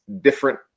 different